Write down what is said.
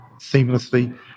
seamlessly